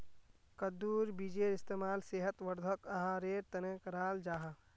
कद्दुर बीजेर इस्तेमाल सेहत वर्धक आहारेर तने कराल जाहा